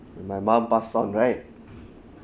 my mum passed on right